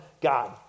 God